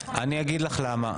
אני אגיד לך למה.